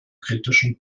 kritischen